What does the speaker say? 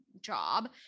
job